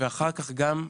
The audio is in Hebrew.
ואחר כך גם,